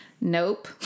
nope